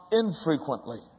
infrequently